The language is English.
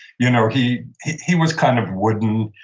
you know he he was kind of wooden.